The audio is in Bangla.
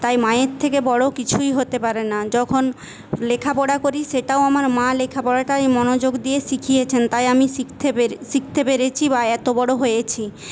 তাই মায়ের থেকে বড়ো কিছুই হতে পারে না যখন লেখাপড়া করি সেটাও আমার মা লেখাপড়াটাই মনোযোগ দিয়ে শিখিয়েছেন তাই আমি শিখতে পেরে শিখতে পেরেছি বা এত বড়ো হয়েছি